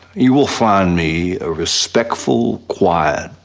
you will find me a respectful, quiet,